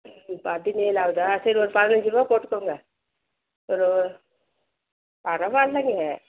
பதினேழு ஆகுதா சரி ஒரு பதினஞ்சு ருபா போட்டுக்கோங்க ஒரு பரவாயில்லங்க